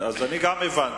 אז אני גם הבנתי,